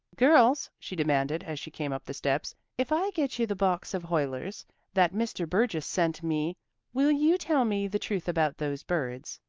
girls, she demanded, as she came up the steps, if i get you the box of huyler's that mr. burgess sent me will you tell me the truth about those birds?